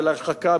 של הרחקה,